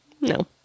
No